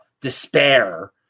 despair